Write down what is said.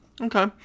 Okay